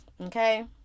okay